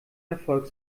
erfolg